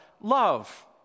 love